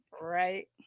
Right